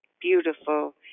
beautiful